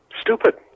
stupid